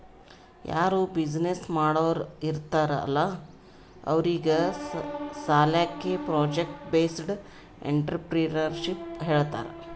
ಯಾರೂ ಬಿಸಿನ್ನೆಸ್ ಮಾಡೋರ್ ಇರ್ತಾರ್ ಅಲ್ಲಾ ಅವ್ರಿಗ್ ಸಾಲ್ಯಾಕೆ ಪ್ರೊಜೆಕ್ಟ್ ಬೇಸ್ಡ್ ಎಂಟ್ರರ್ಪ್ರಿನರ್ಶಿಪ್ ಹೇಳ್ತಾರ್